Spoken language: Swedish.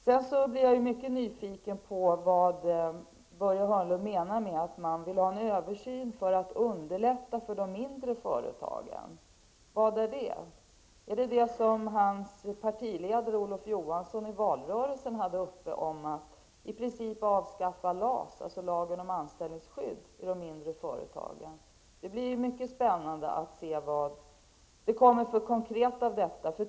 Jag är mycket nyfiken på vad Börje Hörnlund menar med att man vill ha en översyn för att underlätta för de mindre företagen. Vad är det? Är det det som hans partiledare Olof Johansson tog upp i valrörelsen, om att i princip avskaffa LAS, lagen om anställningsskydd, i de mindre företagen? Det skall bli mycket spännande att se vad som konkret kommer ut av detta.